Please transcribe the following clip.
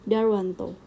Darwanto